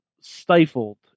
stifled